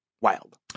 wild